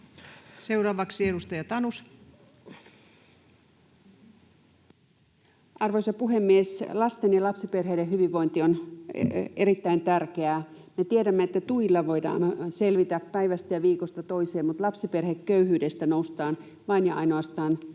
Time: 18:17 Content: Arvoisa puhemies! Lasten ja lapsiperheiden hyvinvointi on erittäin tärkeää. Me tiedämme, että tuilla voidaan selvitä päivästä ja viikosta toiseen, mutta lapsiperheköyhyydestä noustaan vain ja ainoastaan työn